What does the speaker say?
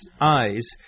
eyes